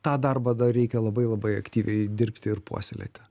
tą darbą dar reikia labai labai aktyviai dirbti ir puoselėti